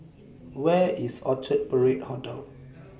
Where IS Orchard Parade Hotel